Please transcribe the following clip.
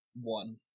one